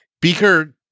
Beaker